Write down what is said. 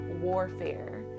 warfare